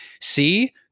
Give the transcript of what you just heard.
see